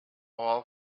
all